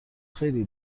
خیلی